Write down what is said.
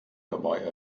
dabei